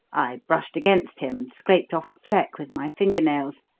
i brushed against him and scraped off a fleck with my finger-nails.